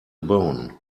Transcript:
bone